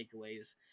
takeaways